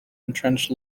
entrenched